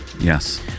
Yes